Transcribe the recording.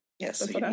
Yes